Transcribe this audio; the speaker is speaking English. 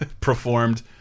performed